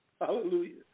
Hallelujah